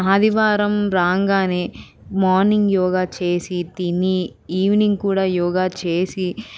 ఆదివారం రాగానే మార్నింగ్ యోగా చేసి తిని ఈవినింగ్ కూడా యోగా చేసి